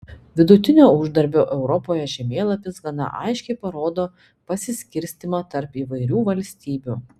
vidutinio uždarbio europoje žemėlapis gana aiškiai parodo pasiskirstymą tarp įvairių valstybių